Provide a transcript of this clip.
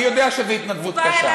אני יודע שזו התנדבות קשה,